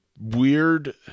weird